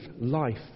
life